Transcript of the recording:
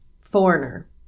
foreigner